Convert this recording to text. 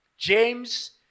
James